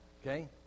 Okay